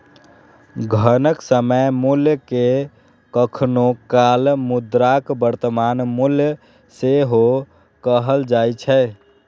धनक समय मूल्य कें कखनो काल मुद्राक वर्तमान मूल्य सेहो कहल जाए छै